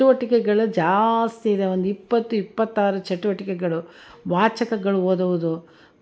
ಚಟುವಟಿಕೆಗಳು ಜಾಸ್ತಿ ಇದವೆ ಒಂದು ಇಪ್ಪತ್ತು ಇಪ್ಪತ್ತಾರು ಚಟುವಟಿಕೆಗಳು ವಾಚಕಗಳು ಓದುವುದು